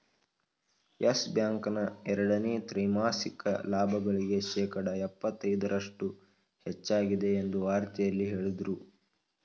Yes Bank ನ ಎರಡನೇ ತ್ರೈಮಾಸಿಕ ಲಾಭಗಳಿಗೆ ಶೇಕಡ ಎಪ್ಪತೈದರಷ್ಟು ಹೆಚ್ಚಾಗಿದೆ ಎಂದು ವಾರ್ತೆಯಲ್ಲಿ ಹೇಳದ್ರು